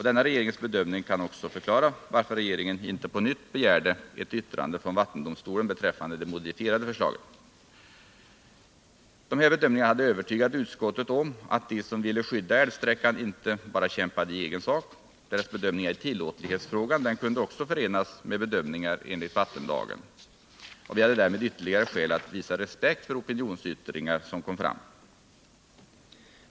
Denna regeringens bedömning kan också förklara varför regeringen inte på nytt begärde ett yttrande från vattendomstolen beträffande det modifierade företaget. De här bedömningarna hade övertygat utskottet om att de som ville skydda älvsträckan inte bara kämpade i egen sak — deras bedömningar i tillåtlighetsfrågan kunde också förenas med bedömningar enligt vattenlagen. Vi hade därmed ytterligare skäl att visa respekt för opinionsyttringar som kom fram.